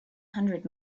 hundred